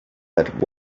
said